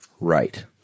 Right